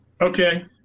Okay